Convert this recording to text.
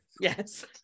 Yes